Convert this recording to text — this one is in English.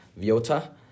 Viota